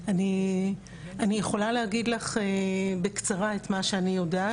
אני יכולה להגיד לך בקצרה את מה שאני יודעת,